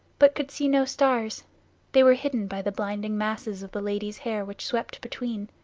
but could see no stars they were hidden by the blinding masses of the lady's hair which swept between.